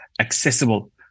accessible